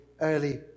early